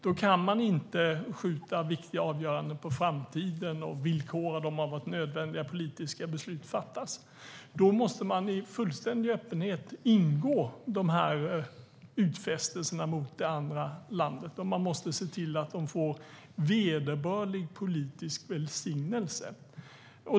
Då kan man inte skjuta viktiga avgöranden på framtiden och villkora dem med att nödvändiga politiska beslut fattas. Då måste man i fullständig öppenhet göra utfästelserna mot det andra landet och se till att de får vederbörlig politisk välsignelse.